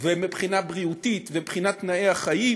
ומבחינה בריאותית ומבחינת תנאי החיים